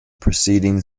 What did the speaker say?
preceding